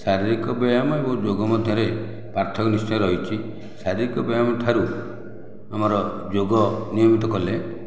ଶାରୀରିକ ବ୍ୟାୟାମ ଏବଂ ଯୋଗ ମଧ୍ୟରେ ପାର୍ଥକ୍ୟ ନିଶ୍ଚୟ ରହିଛି ଶାରୀରିକ ବ୍ୟାୟାମ ଠାରୁ ଆମର ଯୋଗ ନିୟୋଜିତ କଲେ